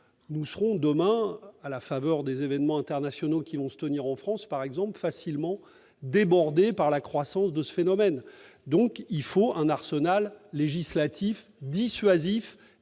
nous serons demain, à la faveur des événements internationaux qui vont se tenir en France par exemple, facilement débordés par la croissance de ce phénomène. Il nous faut donc un arsenal législatif dissuasif,